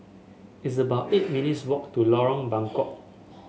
it's about eight minutes' walk to Lorong Buangkok